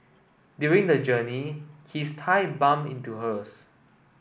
during the journey his thigh bumped into hers